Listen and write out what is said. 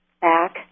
back